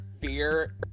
fear